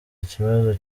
ikibazo